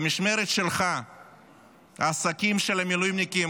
במשמרת שלך העסקים של המילואימניקים